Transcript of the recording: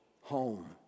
home